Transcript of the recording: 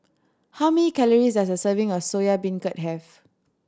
how many calories does a serving of Soya Beancurd have